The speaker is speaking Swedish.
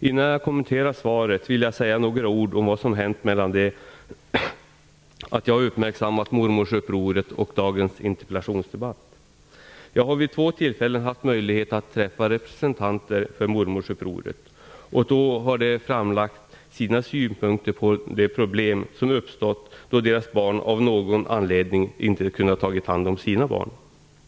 Innan jag kommenterar svaret vill jag säga några ord om vad som hänt efter det att jag uppmärksammade mormorsupproret och fram till dagens interpellationsdebatt. Jag har vid två tillfällen haft möjlighet att träffa representanter för mormorsupproret, och de har då framlagt sina synpunkter på de problem som uppstått när deras barn av någon anledning inte kunnat ta hand om sina barn.